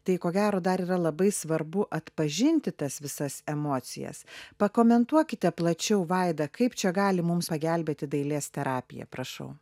tai ko gero dar yra labai svarbu atpažinti tas visas emocijas pakomentuokite plačiau vaida kaip čia gali mums pagelbėti dailės terapija prašau